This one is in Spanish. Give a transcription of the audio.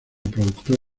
productor